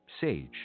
Sage